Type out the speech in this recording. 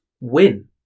win